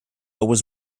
was